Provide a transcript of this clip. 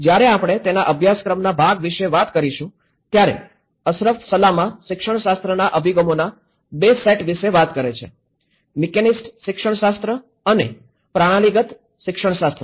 જ્યારે આપણે તેના અભ્યાસક્રમના ભાગ વિશે વાત કરીશું ત્યારે અશરફ સલામા શિક્ષણ શાસ્ત્રના અભિગમોના ૨ સેટ વિશે વાત કરે છે મિકેનિસ્ટ શિક્ષણ શાસ્ત્ર અને પ્રણાલીગત શિક્ષણ શાસ્ત્ર